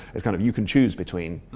it's kind of you can choose between